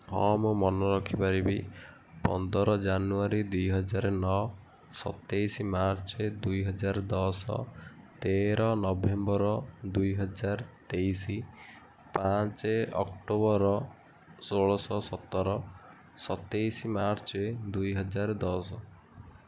ହଁ ମୁଁ ମନ ରଖିପାରିବି ପନ୍ଦର ଜାନୁୟାରୀ ଦୁଇ ହଜାର ନଅ ସତେଇଶ ମାର୍ଚ୍ଚ୍ ଦୁଇ ହଜାର ଦଶ ତେର ନଭେମ୍ବର୍ ଦୁଇ ହଜାର ତେଇଶ ପାଞ୍ଚ ଅକ୍ଟୋବର୍ ଷୋହଳଶହ ସତର ସତେଇଶ ମାର୍ଚ୍ଚ୍ ଦୁଇ ହଜାର ଦଶ